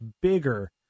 bigger